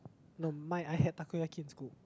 no mine I had Takoyaki in school